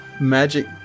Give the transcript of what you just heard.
magic